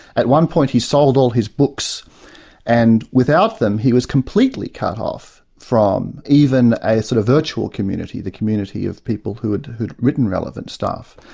at one point he sold all his books and, without them, he was completely cut off from even a sort of virtual community, the community of people who had written relevant stuff.